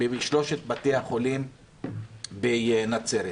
בשלושת בתי-החולים בנצרת,